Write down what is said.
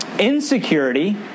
Insecurity